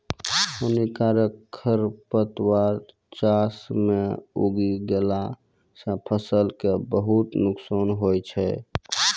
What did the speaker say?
हानिकारक खरपतवार चास मॅ उगी गेला सा फसल कॅ बहुत नुकसान होय छै